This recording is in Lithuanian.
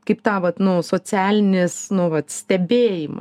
kaip tą vat nu socialinis nu vat stebėjimą